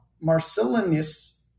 Marcellinus